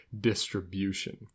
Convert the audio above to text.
distribution